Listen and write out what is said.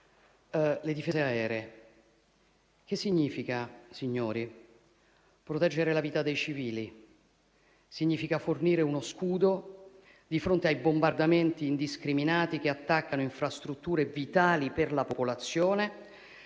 le difese aeree. Che significa, signori? Proteggere la vita dei civili. Significa fornire uno scudo di fronte ai bombardamenti indiscriminati che attaccano infrastrutture vitali per la popolazione,